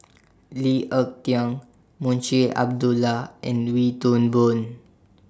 Lee Ek Tieng Munshi Abdullah and Wee Toon Boon